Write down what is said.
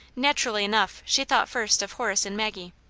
naturally enough, she thought first of horace and maggie.